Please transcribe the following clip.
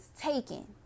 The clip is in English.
taken